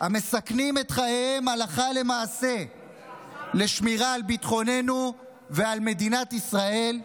המסכנים את חייהם הלכה למעשה לשמירה על ביטחוננו ועל מדינת ישראל,